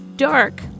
dark